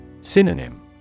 Synonym